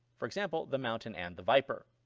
for example the mountain and the viper.